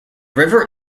river